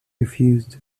refused